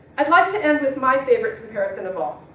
i'd like to end with my favorite comparison of all.